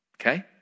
Okay